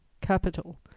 capital